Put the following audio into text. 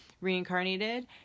reincarnated